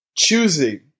Choosing